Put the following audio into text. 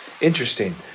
interesting